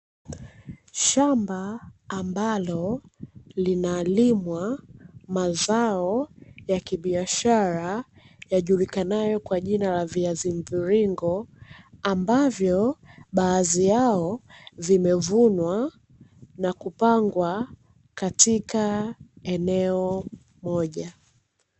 Shamba ambalo linalimwa mazao ya kibiashara yajulikanayo kwa jina la viazi mviringo, ambavyo baadhi yao vimevunwa na kupangwa katika eneo moja.